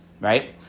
right